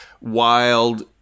wild